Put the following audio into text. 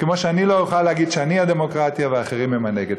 כמו שאני לא אוכל להגיד שאני הדמוקרטיה והאחרים הם נגד.